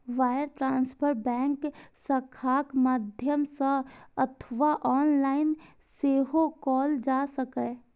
wire transfer bank शाखाक माध्यम सं अथवा ऑनलाइन सेहो कैल जा सकैए